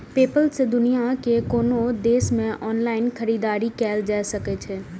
PayPal सं दुनिया के कोनो देश मे ऑनलाइन खरीदारी कैल जा सकै छै